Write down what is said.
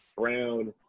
Brown